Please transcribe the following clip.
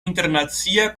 internacia